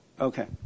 Okay